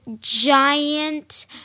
giant